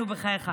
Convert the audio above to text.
די, נו, בחייך.